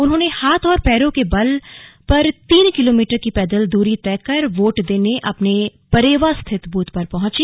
उन्होंने हाथ और पैरों के बल तीन किलोमीटर की पैदल दूरी तय कर वोट देने अपने परेवा स्थित ब्रथ पर पहंची